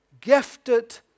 gifted